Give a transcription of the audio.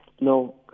No